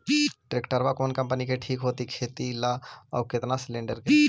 Tractor कोन company के ठीक होब है खेती ल औ केतना सलेणडर के?